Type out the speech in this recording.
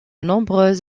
nombreuses